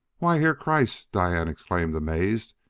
why, herr kreiss, diane exclaimed, amazed,